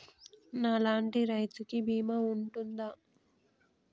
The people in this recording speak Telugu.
నా లాంటి రైతు కి బీమా ఉంటుందా?